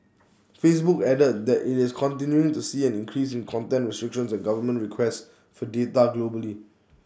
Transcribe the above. Facebook added that IT is continuing to see an increase in content restrictions and government requests for data globally